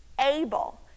able